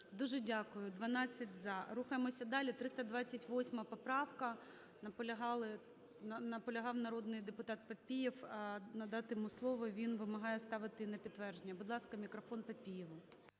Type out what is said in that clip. Дуже дякую. 12 – за. Рухаємося далі. 328 поправка. Наполягав народний депутат Папієв надати йому слово, він вимагає ставити на підтвердження. Будь ласка, мікрофон Папієву.